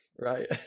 Right